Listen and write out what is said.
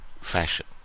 fashion